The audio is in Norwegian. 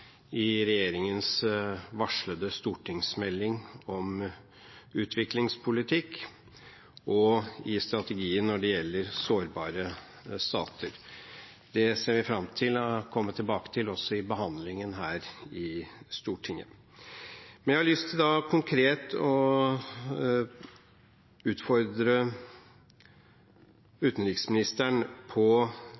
i regjeringens varslede stortingsmelding om utviklingspolitikk og i strategien når det gjelder sårbare stater. Det ser vi fram til å komme tilbake til, også i behandlingen her i Stortinget. Men jeg har lyst til konkret å utfordre